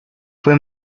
fue